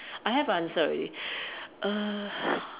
I have answer already err